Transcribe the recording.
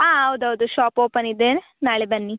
ಹಾಂ ಹೌದ್ ಹೌದು ಶಾಪ್ ಓಪನ್ ಇದೆ ನಾಳೆ ಬನ್ನಿ